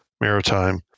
maritime